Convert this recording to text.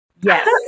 Yes